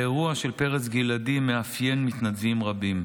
האירוע של פרץ גלעדי מאפיין מתנדבים רבים: